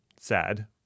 sad